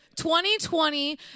2020